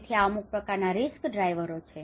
તેથી આ અમુક પ્રકારના રિસ્ક ડ્રાઇવરો છે